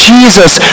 Jesus